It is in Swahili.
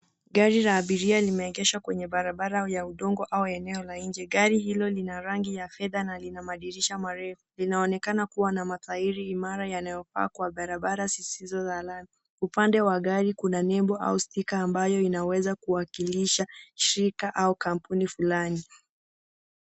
Gari la abiria limeegeshwa kwenye barabara ya udongo au eneo la inje. Gari hilo lina rangi ya fedha na lina madirisha marefu. Linaonekana kuwa na matairi imara yanayofaa kwa barabara zisizo za lami. Upande wa gari kuna nebo au stika ambayo inaweza kuwakilisha shirika au kampuni fulani.